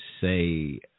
say